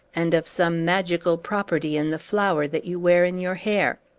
and of some magical property in the flower that you wear in your hair.